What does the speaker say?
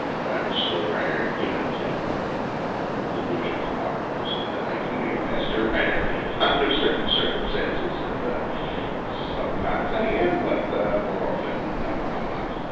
but i'm a slow writer given to delusions of optimism that i can be a faster writer under certain circumstances. and sometimes i am, but more often i'm not.